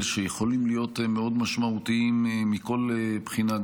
שיכולים להיות מאוד משמעותיים מכל בחינה,